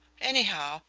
anyhow,